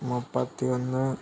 മുപ്പത്തി ഒന്ന്